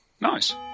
Nice